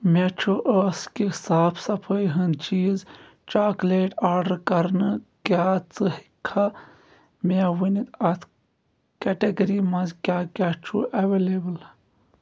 مےٚ چھُ ٲس کہِ صاف صفٲیی ہِنٛدۍ چیٖز چاکلیٹ آرڈر کرٕنہٕ کیٛاہ ژٕ ہٮ۪کہٕ مےٚ ونِتھ اَتھ کیٚٹاگٕری منٛز کیٛاہ کیٛاہ چھُ اویلیبل